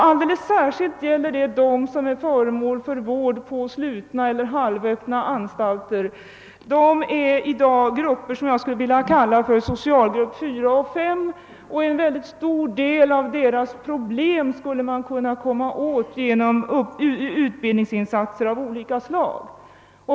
Alldeles särskilt gäller det dem som är föremål för vård i slutna eller halvöppna anstalter. De tillhör vad jag skulle vilja kalla socialgrupperna 4 och 5, och en stor del av deras problem skulle man kunna komma åt genom utbildningsinsatser av olika slag.